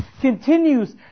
continues